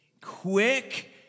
quick